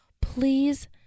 please